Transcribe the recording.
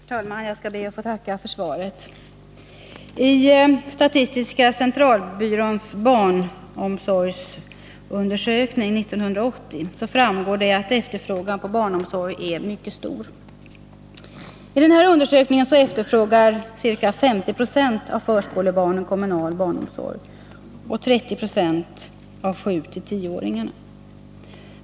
Herr talman! Jag skall be att få tacka för svaret. I statistiska centralbyråns barnomsorgsundersökning år 1980 framgår det att efterfrågan på barnomsorg är mycket stor. I denna undersökning efterfrågas kommunal barnomsorg av ca 50 96 av förskolebarnen och 30 96 av 7-10-åringarna.